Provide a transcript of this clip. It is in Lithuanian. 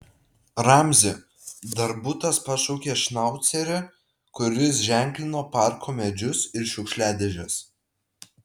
ramzi darbutas pašaukė šnaucerį kuris ženklino parko medžius ir šiukšliadėžes